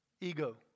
Ego